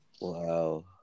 Wow